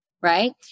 Right